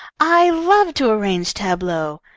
i love to arrange tableaux.